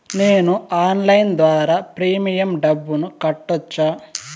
నేను ఆన్లైన్ ద్వారా ప్రీమియం డబ్బును కట్టొచ్చా?